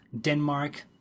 Denmark